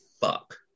fuck